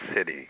city